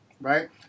right